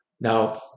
Now